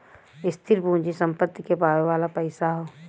स्थिर पूँजी सम्पत्ति के पावे वाला पइसा हौ